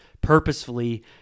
purposefully